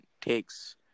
takes